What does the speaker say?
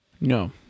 No